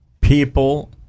people